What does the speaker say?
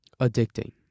addicting